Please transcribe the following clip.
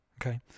okay